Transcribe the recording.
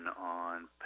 on